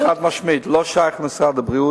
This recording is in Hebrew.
אמרתי חד-משמעית, זה לא שייך למשרד הבריאות,